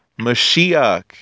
Mashiach